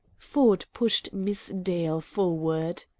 ford pushed miss dale forward.